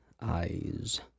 eyes